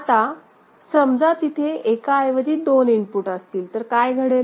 आता समजा तिथे एका ऐवजी दोन इनपुट असतील तर काय घडेल